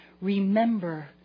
Remember